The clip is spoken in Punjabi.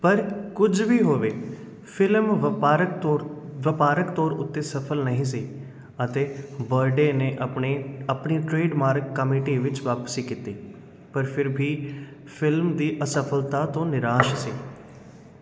ਪਰ ਕੁਝ ਵੀ ਹੋਵੇ ਫਿਲਮ ਵਪਾਰਕ ਤੌਰ ਵਪਾਰਕ ਤੌਰ ਉੱਤੇ ਸਫ਼ਲ ਨਹੀਂ ਸੀ ਅਤੇ ਬਰਡੇ ਨੇ ਆਪਣੇ ਆਪਣੀ ਟ੍ਰੇਡਮਾਰਕ ਕਾਮੇਟੀ ਵਿੱਚ ਵਾਪਸੀ ਕੀਤੀ ਪਰ ਫਿਰ ਵੀ ਫਿਲਮ ਦੀ ਅਸਫ਼ਲਤਾ ਤੋਂ ਨਿਰਾਸ਼ ਸੀ